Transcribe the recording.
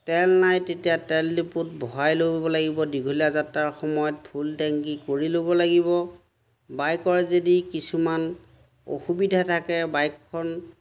তেল নাই তেতিয়া তেল ডিপুত ভৰাই ল'ব লাগিব দীঘলীয়া যাত্ৰাৰ সময়ত ফুল টেংকী কৰি ল'ব লাগিব বাইকৰ যদি কিছুমান অসুবিধা থাকে বাইকখন